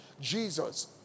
Jesus